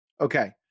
okay